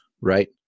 right